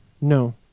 No